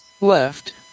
Left